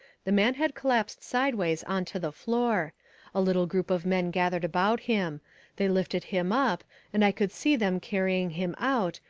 the man had collapsed sideways on to the floor a little group of men gathered about him they lifted him up and i could see them carrying him out,